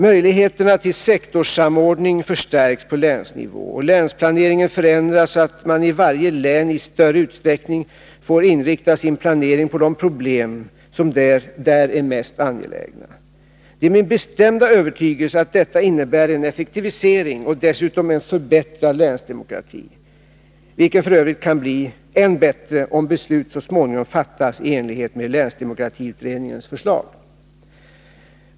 Möjligheterna till sektorssamordning förstärks på länsnivå, och länsplaneringen förändras så att man i varje län i större utsträckning får inrikta sin planering på de problem som där är mest angelägna. Det är min bestämda övertygelse att detta innebär en effektivisering och dessutom en förbättrad länsdemokrati, vilken f. ö. kan bli än bättre, om beslut så småningom fattas i enlighet med länsdemokratiutredningens förslag.